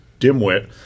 dimwit